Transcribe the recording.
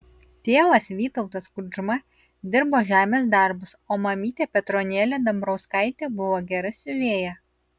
tėvas vytautas kudžma dirbo žemės darbus o mamytė petronėlė dambrauskaitė buvo gera siuvėja